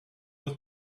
with